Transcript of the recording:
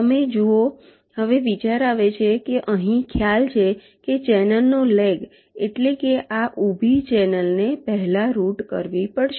તમે જુઓ હવે વિચાર આવે છે કે અહીં ખ્યાલ છે કે ચેનલનો લેગ એટલે કે આ ઊભી ચેનલને પહેલા રૂટ કરવી પડશે